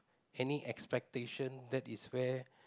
any expectation that is where